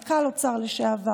מנכ"ל משרד האוצר לשעבר,